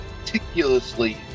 meticulously